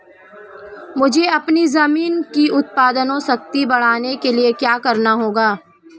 मुझे अपनी ज़मीन की उत्पादन शक्ति बढ़ाने के लिए क्या करना होगा?